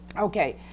Okay